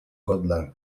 gotland